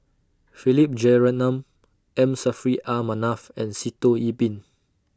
Philip Jeyaretnam M Saffri A Manaf and Sitoh Yih Pin